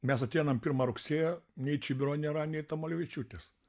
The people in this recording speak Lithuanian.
mes ateinam pirmą rugsėjo nei čibiro nėra nei tamulevičiūtės